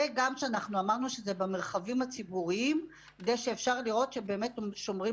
וגם אנחנו אמרנו שזה במרחבים הציבוריים שאפשר לראות שבאמת שומרים